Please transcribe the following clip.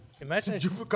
Imagine